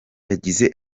yagize